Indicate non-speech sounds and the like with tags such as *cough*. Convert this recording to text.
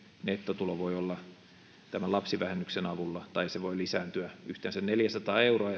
nettotulo voi tämän lapsivähennyksen avulla lisääntyä yhteensä neljäsataa euroa *unintelligible*